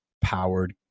powered